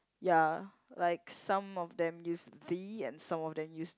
ya like some of them use the and some of them use